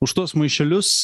už tuos maišelius